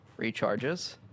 Recharges